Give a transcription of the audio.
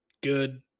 good